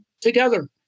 together